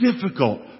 difficult